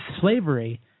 slavery